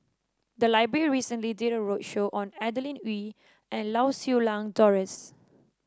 the library recently did a roadshow on Adeline Ooi and Lau Siew Lang Doris